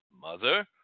Mother